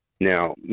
Now